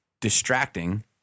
distracting